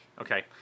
Okay